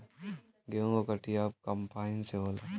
गेंहू क कटिया अब कंपाइन से होला